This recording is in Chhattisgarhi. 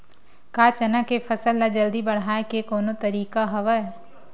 का चना के फसल ल जल्दी बढ़ाये के कोनो तरीका हवय?